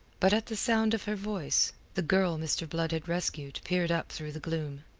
but at the sound of her voice, the girl mr. blood had rescued peered up through the gloom.